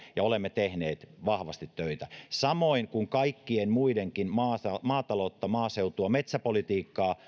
ja olemme tehneet vahvasti töitä samoin kuin kaikkien muidenkin maatalouteen maaseutuun metsäpolitiikkaan